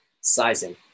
Sizing